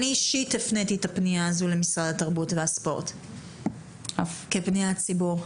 אני אישית הפניתי את הפנייה הזאת למשרד התרבות והספורט כפניית ציבור.